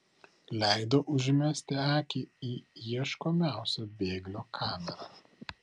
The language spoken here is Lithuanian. leido užmesti akį į ieškomiausio bėglio kamerą